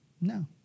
No